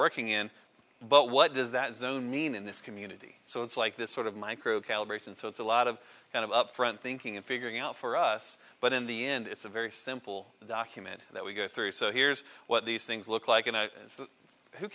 working in but what does that zone mean in this community so it's like this sort of micro calibration so it's a lot of kind of upfront thinking and figuring out for us but in the end it's a very simple document that we go through so here's what these things look like and who